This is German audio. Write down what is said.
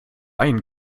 einen